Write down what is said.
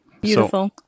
Beautiful